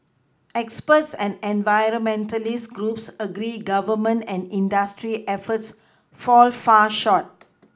experts and environmentalist groups agree Government and industry efforts fall far short